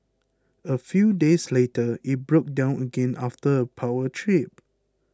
a few days later it broke down again after a power trip